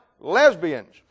lesbians